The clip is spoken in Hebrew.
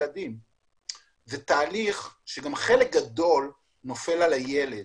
זה תהליך שחלק גדול ממנו נופל על הילד.